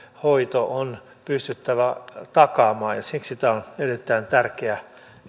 hoito on pystyttävä takaamaan siksi tämä on erittäin tärkeä